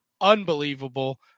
unbelievable